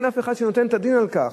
אין אף אחד שנותן את הדין על כך.